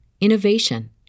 innovation